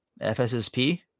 FSSP